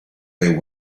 they